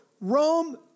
Rome